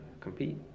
compete